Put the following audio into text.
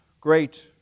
great